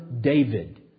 David